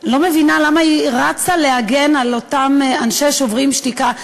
אני לא מבינה למה היא רצה להגן על אותם אנשי "שוברים שתיקה".